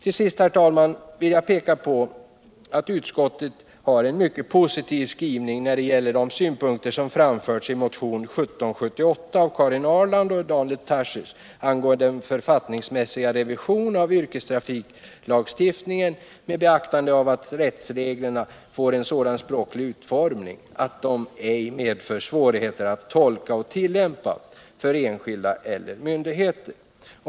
Till sist, herr talman, vill jag peka på utskottets mycket positiva skrivning när det gäller de synpunkter som framförts i motionen 1778 av Karin Ahrland och Daniel Tarschys angående en författningsmässig revision av yrkestrafiklagstiftningen med beaktande av att rättsreglerna får en sådan språklig utformning att de ej medför svårigheter att tolka och tillämpa för enskilda eller myndigheter.